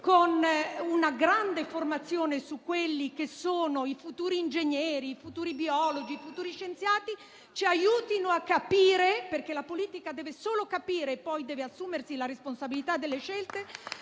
con una grande opera di formazione dei futuri ingegneri, dei futuri biologi e dei futuri scienziati, ci aiuti a capire (perché la politica deve solo capire e poi deve assumersi la responsabilità delle scelte)